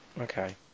Okay